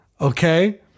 Okay